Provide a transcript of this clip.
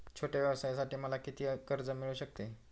छोट्या व्यवसायासाठी मला किती कर्ज मिळू शकते?